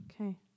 Okay